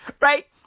Right